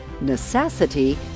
necessity